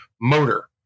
motor